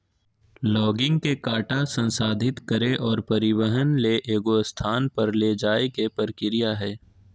logging के काटा संसाधित करे और परिवहन ले एगो स्थान पर ले जाय के प्रक्रिया हइ